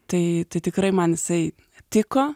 tai tai tikrai man isai tiko